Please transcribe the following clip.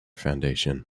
foundation